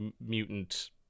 Mutant